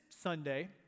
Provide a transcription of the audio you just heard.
Sunday